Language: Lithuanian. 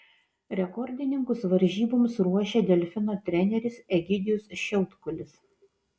rekordininkus varžyboms ruošia delfino treneris egidijus šiautkulis